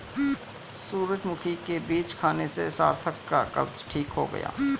सूरजमुखी के बीज खाने से सार्थक का कब्ज ठीक हो गया